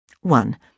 One